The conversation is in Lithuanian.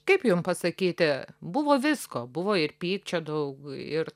kaip jum pasakyti buvo visko buvo ir pykčio daug ir